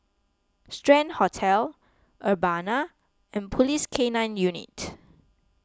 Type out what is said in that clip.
Strand Hotel Urbana and Police K nine Unit